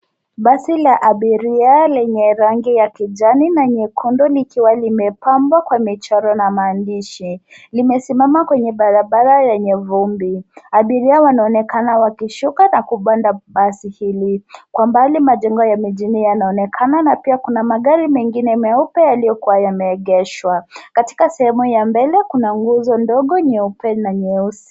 Basi la abiria lenye rangi ya kijani na nyekundu likiwa limepambwa kwa michoro na maandishi. Limesimama kwenye barabara lenye vumbi. Abiria wanaonekana wakishuka na wakipanda basi hili. Kwa mbali majengo ya mijini yanaonekana na pia kuna magari mengine meupe yaliyokuwa yameegeshwa. Katika sehemu ya mbele kuna nguzo ndogo nyeupe na nyeusi.